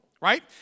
right